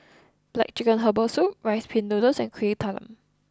Black Chicken Herbal Soup Rice Pin Noodles and Kuih Talam